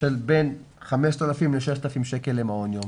של בין 5,000-6,000 שקל למעון יום,